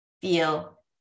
feel